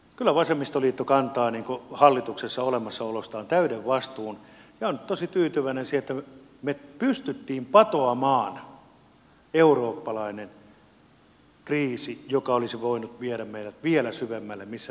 kyllä vasemmistoliitto kantaa hallituksessa olostaan täyden vastuun ja olen nyt tosi tyytyväinen siihen että me pystyimme patoamaan eurooppalaisen kriisin joka olisi voinut viedä meidät vielä syvemmälle kuin missä me nyt olemme